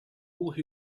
who